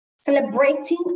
Celebrating